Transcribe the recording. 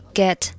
get